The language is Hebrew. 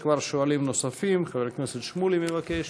יש כבר שואלים נוספים, חבר הכנסת שמולי מבקש.